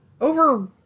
Over